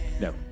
No